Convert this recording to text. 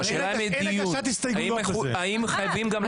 האם חייבים גם לעשות דיון?